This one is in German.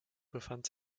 befand